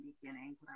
beginning